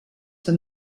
than